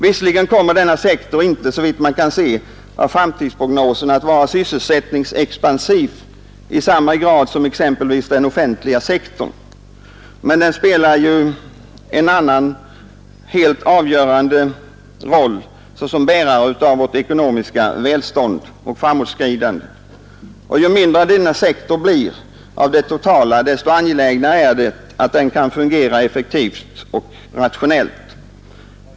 Visserligen kommer denna sektor inte, såvitt man kan se av framtidsprognoserna, att vara sysselsättningsexpansiv i samma grad som exempelvis den offentliga sektorn, men den spelar ju en annan och helt avgörande roll såsom bärare av vårt ekonomiska välstånd och framåtskridande. Och ju mindre del denna sektor blir av det totala, desto angelägnare är det att den kan fungera effektivt och rationellt.